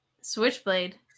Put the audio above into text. Switchblade